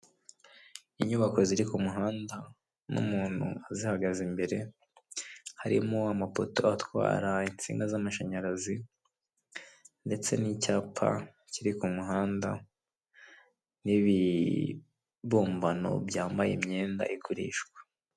Inyubako ziri ku muhanda n'umuntu azihagaze imbere, harimo amapoto atwara insinga z'amashanyarazi ndetse n'icyapa kiri ku muhanda n'ibibumbano byambaye imyenda igurishwa.